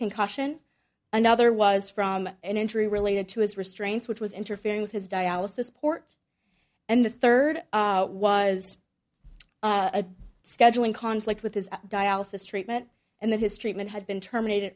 concussion another was from an injury related to his restraints which was interfering with his dialysis port and the third was a scheduling conflict with his dialysis treatment and that history might have been terminated